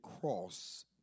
cross